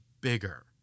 bigger